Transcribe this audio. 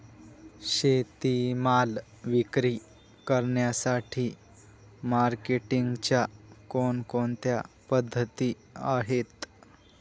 शेतीमाल विक्री करण्यासाठी मार्केटिंगच्या कोणकोणत्या पद्धती आहेत?